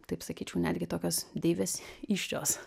taip sakyčiau netgi tokios deivės įsčios